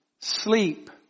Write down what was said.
Sleep